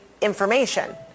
information